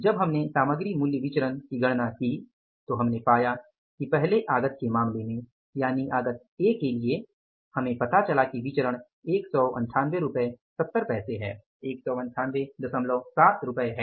जब हमने सामग्री मूल्य विचरण की गणना की तो हमने पाया कि पहले आगत के मामले में यानि आगत A के लिए हमें पता चला कि विचरण 1987 है